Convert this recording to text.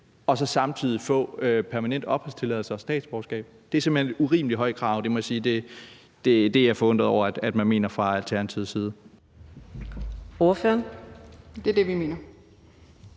og så samtidig få permanent opholdstilladelse og statsborgerskab. Det er simpelt hen et urimelig højt krav. Det må jeg sige at jeg er forundret over at man mener fra Alternativets side.